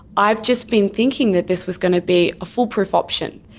i've just been thinking that this was going to be a foolproof option.